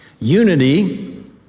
Unity